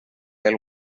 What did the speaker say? del